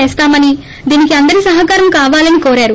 చేస్తామనీ దీనికి అందరి సహకారం కావాలనీ కోరారు